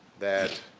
that